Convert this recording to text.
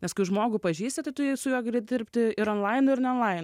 nes kai žmogų pažįsti tai tu su juo gali dirbti ir onlainu ir neonlainu